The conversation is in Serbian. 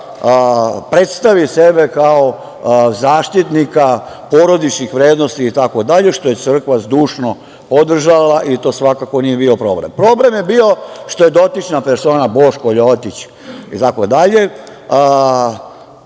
da predstavi sebe kao zaštitnika porodičnih vrednosti itd, što je crkva zdušno podržala i to svakako nije bio problem. Problem je bio što je dotična persona „Boško Ljotić“ itd,